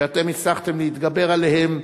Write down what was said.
שאתם הצלחתם להתגבר עליהם,